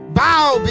bow